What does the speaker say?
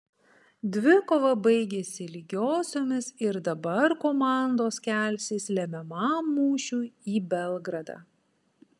dvikova baigėsi lygiosiomis ir dabar komandos kelsis lemiamam mūšiui į belgradą